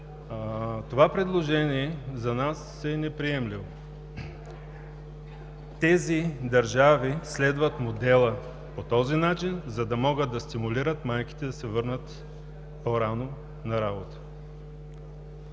това предложение за нас е неприемливо. Тези държави следват модела по този начин, за да могат да стимулират майките да се върнат по-рано на работа.